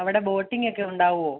അവിടെ ബോട്ടിംഗ് ഒക്കെ ഉണ്ടാവുമോ